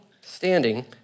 standing